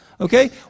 Okay